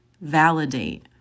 validate